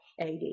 AD